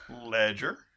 Ledger